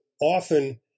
often